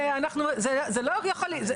זה לא יכול להיות יומיים.